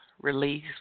release